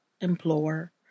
implore